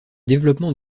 développement